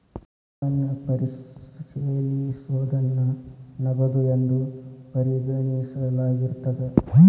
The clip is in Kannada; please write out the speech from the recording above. ಖಾತನ್ನ ಪರಿಶೇಲಿಸೋದನ್ನ ನಗದು ಎಂದು ಪರಿಗಣಿಸಲಾಗಿರ್ತದ